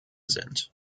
sind